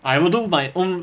I will do my own